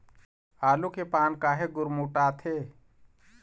आलू के पान काहे गुरमुटाथे?